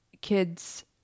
kids